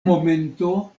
momento